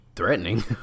Threatening